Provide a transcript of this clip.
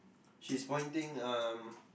she's pointing um